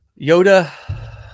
Yoda